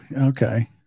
okay